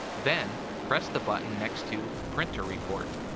then, press the button next to printer report.